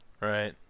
Right